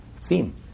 theme